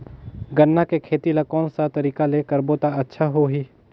गन्ना के खेती ला कोन सा तरीका ले करबो त अच्छा होही?